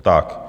Tak.